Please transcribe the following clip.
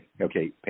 okay